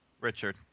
Richard